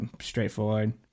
straightforward